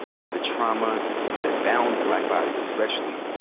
and the trauma that downs black bodies, especially.